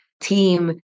team